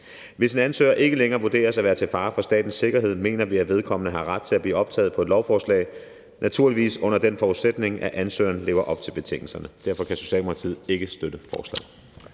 Hvis en ansøger ikke længere vurderes at være til fare for statens sikkerhed, mener vi, at vedkommende har ret til at blive optaget på et lovforslag, naturligvis under den forudsætning, at ansøgeren lever op til betingelserne. Derfor kan Socialdemokratiet ikke støtte forslaget.